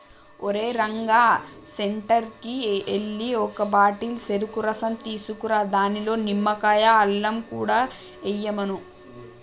ఓరేయ్ రంగా సెంటర్కి ఎల్లి ఒక బాటిల్ సెరుకు రసం తీసుకురా దానిలో నిమ్మకాయ, అల్లం కూడా ఎయ్యమను